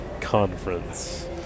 conference